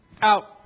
Out